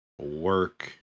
work